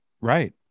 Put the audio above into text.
right